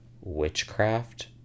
witchcraft